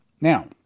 Now